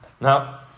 Now